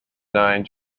nine